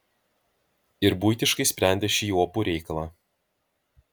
ir buitiškai sprendė šį opų reikalą